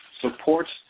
supports